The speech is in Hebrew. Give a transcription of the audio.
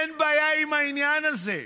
אין בעיה עם העניין הזה,